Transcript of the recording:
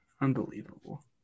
Unbelievable